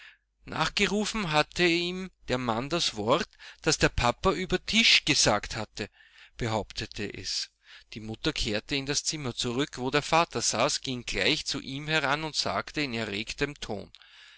nachgerufen hatte ihm der mann das wort das der papa über tisch gesagt hatte behauptete es die mutter kehrte in das zimmer zurück wo der vater saß ging gleich zu ihm heran und sagte in erregtem ton